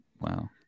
Wow